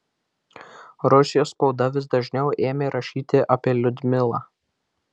rusijos spauda vis dažniau ėmė rašyti apie liudmilą